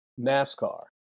nascar